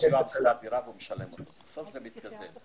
בסוף זה מתקזז.